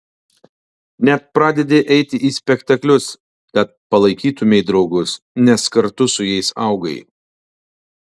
net pradedi eiti į spektaklius kad palaikytumei draugus nes kartu su jais augai